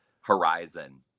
horizon